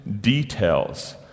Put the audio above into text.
details